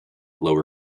lower